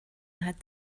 hat